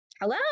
Hello